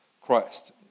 Christ